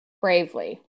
Bravely